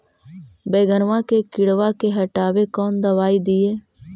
बैगनमा के किड़बा के हटाबे कौन दवाई दीए?